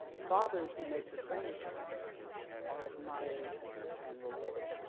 fathers who make the same choice are admired and rewarded.